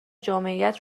جامعیت